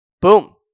Boom